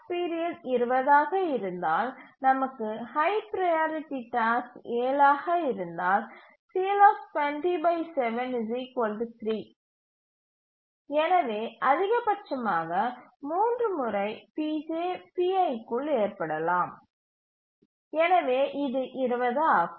period 20 ஆக இருந்தால் நமக்கு ஹய் ப்ரையாரிட்டி டாஸ்க் 7 ஆக இருந்தால் எனவே அதிகபட்சமாக 3 முறை pj pi க்குள் ஏற்படலாம் எனவே இது 20 ஆகும்